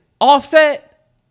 Offset